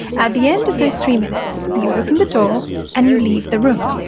at the end of this three minutes, you open the door and you leave the room.